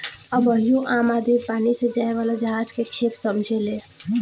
अबहियो आम आदमी पानी से जाए वाला जहाज के खेप समझेलेन